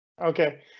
Okay